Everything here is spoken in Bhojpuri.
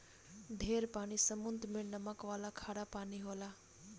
ढेर पानी समुद्र मे नमक वाला खारा पानी होला